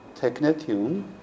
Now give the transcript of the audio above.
technetium